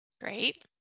Great